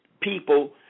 people